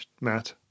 Matt